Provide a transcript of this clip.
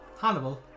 Hannibal